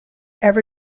ever